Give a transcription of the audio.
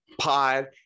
pod